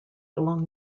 along